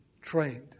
trained